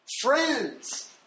Friends